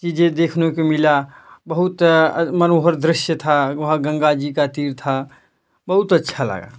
चीज़ें देखने को मिला बहुत मनोहर दृश्य था वहाँ गंगा जी का तीर था बहुत अच्छा लगा